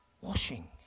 washing